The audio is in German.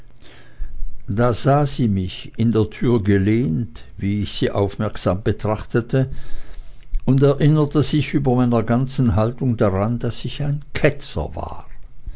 da sah sie mich in der türe gelehnt wie ich sie aufmerksam betrachtete und erinnerte sich über meiner ganzen haltung daran daß ich ein ketzer war